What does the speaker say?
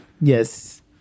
Yes